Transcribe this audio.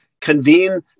convene